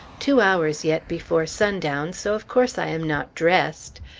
two hours yet before sundown, so of course i am not dressed.